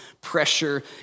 pressure